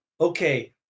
okay